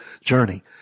journey